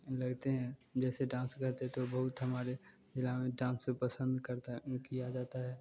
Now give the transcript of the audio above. लगते हैं जैसे डांस करते तो बहुत हमारे ज़िले में डांस सुपसंद करता है किया जाता है